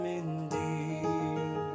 indeed